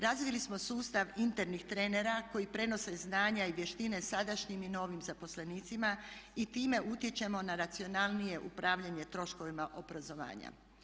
Razvili smo sustav internih trenera koji prenose znanja i vještine sadašnjim i novim zaposlenicima i time utječemo na racionalnije upravljanje troškovima obrazovanja.